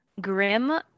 grim